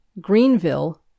Greenville